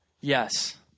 Yes